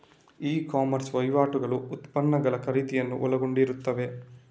E commerce ವಹಿವಾಟುಗಳು ಉತ್ಪನ್ನಗಳ ಖರೀದಿಯನ್ನು ಒಳಗೊಂಡಿರುತ್ತವೆ